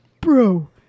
bro